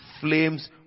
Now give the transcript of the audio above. flames